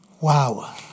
wow